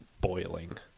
boiling